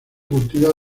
cultiva